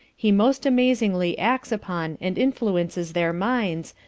he most amazingly acts upon and influences their minds,